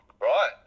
Right